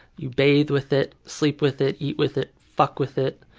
you bathe with it, sleep with it, eat with it, fuck with it.